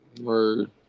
Word